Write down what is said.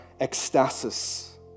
ecstasis